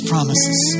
promises